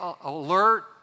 alert